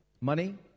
Money